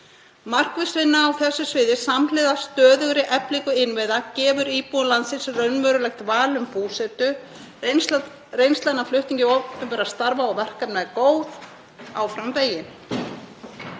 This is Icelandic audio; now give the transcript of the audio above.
Markviss vinna á þessu sviði samhliða stöðugri eflingu innviða gefur íbúum landsins raunverulegt val um búsetu. Reynslan af flutningi opinberra starfa og verkefna er góð. Áfram veginn.